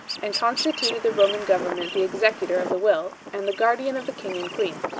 and constituted the roman government the executor of the will, and the guardian of the king and queen.